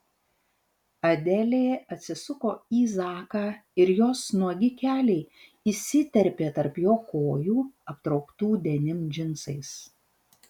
adelė atsisuko į zaką ir jos nuogi keliai įsiterpė tarp jo kojų aptrauktų denim džinsais